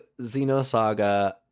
xenosaga